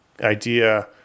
idea